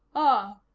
ah,